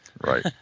Right